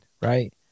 Right